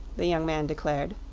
the young man declared.